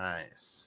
Nice